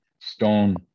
stone